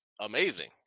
amazing